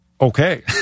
okay